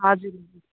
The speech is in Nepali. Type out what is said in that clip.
हजुर